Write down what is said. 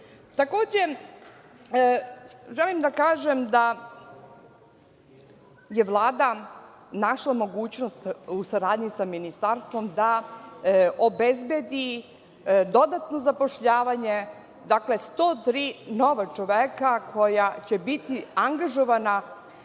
uradi. Želim da kažem da je Vlada našla mogućnost u saradnji sa ministarstvom da obezbedi dodatno zapošljavanje, dakle, 103 nova čoveka koja će biti angažovana